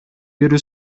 берүү